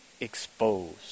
exposed